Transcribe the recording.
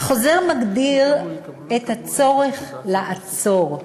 החוזר מדגיש את הצורך לעצור,